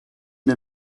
den